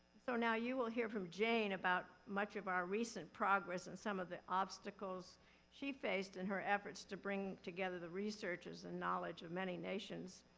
so now you will hear from jane about much of our recent progress and some of the obstacles she faced in her efforts to bring together the researchers and knowledge of many nations.